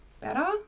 better